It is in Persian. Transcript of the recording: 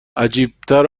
عجیبتر